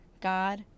God